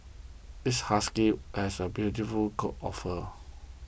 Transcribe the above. this husky has a beautiful coat of fur